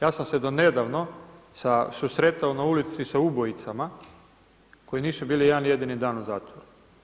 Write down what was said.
Ja sam se do nedavno susretao na ulici sa ubojicama koji nisu bili jedan jedini dan u zatvoru.